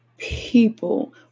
People